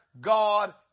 God